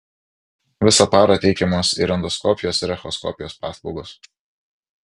visą parą teikiamos ir endoskopijos bei echoskopijos paslaugos